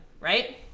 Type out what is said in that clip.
right